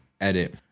Edit